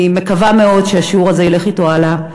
אני מקווה מאוד שהשיעור הזה ילך אתו הלאה.